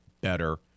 better